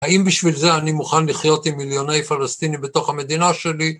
האם בשביל זה אני מוכן לחיות עם מיליוני פלסטינים בתוך המדינה שלי?